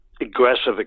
aggressive